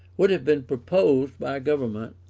would have been proposed by a government,